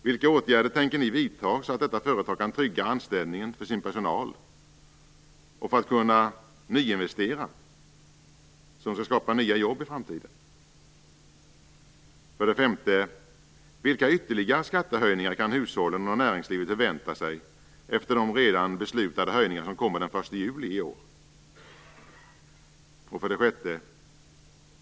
Vilka åtgärder tänker ni vidta så att detta företag kan trygga anställningen för sin personal och för att kunna nyinvestera så att det skapas nya jobb i framtiden? 5. Vilka ytterligare skattehöjningar kan hushållen och näringslivet förvänta sig efter de redan beslutade höjningar som kommer den 1 juli i år? 6.